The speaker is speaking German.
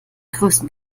größten